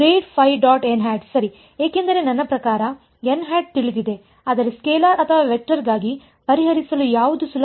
ಸರಿ ಏಕೆಂದರೆ ನನ್ನ ಪ್ರಕಾರ ತಿಳಿದಿದೆ ಆದರೆ ಸ್ಕೇಲಾರ್ ಅಥವಾ ವೆಕ್ಟರ್ಗಾಗಿ ಪರಿಹರಿಸಲು ಯಾವುದು ಸುಲಭ